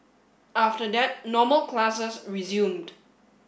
after that normal classes resumed